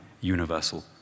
universal